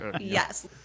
Yes